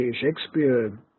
Shakespeare